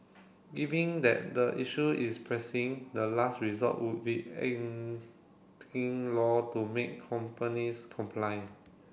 giving that the issue is pressing the last resort would be law to make companies comply